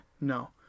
No